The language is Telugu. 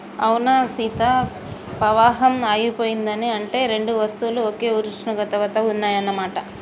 అవునా సీత పవాహం ఆగిపోయినది అంటే రెండు వస్తువులు ఒకే ఉష్ణోగ్రత వద్ద ఉన్నాయన్న మాట